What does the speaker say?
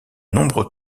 nombreux